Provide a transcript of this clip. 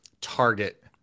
target